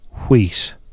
wheat